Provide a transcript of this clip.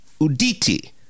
Uditi